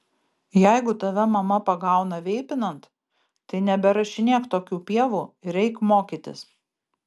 jeigu tave mama pagauna veipinant tai neberašinėk tokių pievų ir eik mokytis